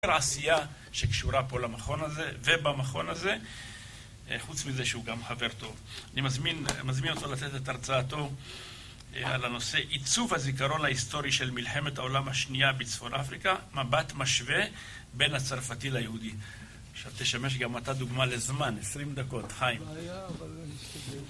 העשייה שקשורה פה למכון הזה, ובמכון הזה, חוץ מזה שהוא גם חבר טוב. אני מזמין, מזמין אותו לתת את הרצאתו על הנושא עיצוב הזיכרון ההיסטורי של מלחמת העולם השנייה בצפון אפריקה, מבט משווה בין הצרפתי ליהודי. עכשיו תשמש גם אתה דוגמה לזמן, 20 דקות, חיים.